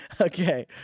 Okay